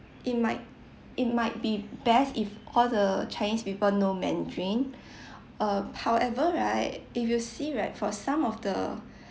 it might it might be best if all the chinese people know mandarin err however right if you see right for some of the